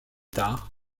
tard